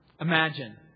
Imagine